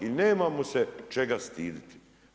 I nemamo se čega stiditi.